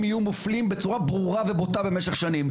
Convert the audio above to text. יהיו מופלים בצורה ברורה ובוטה במשך שנים,